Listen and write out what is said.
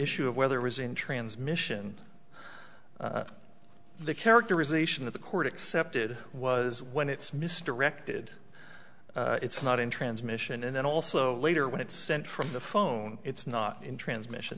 issue of whether was in transmission the characterization of the court accepted was when it's misdirected it's not in transmission and then also later when it's sent from the phone it's not in transmission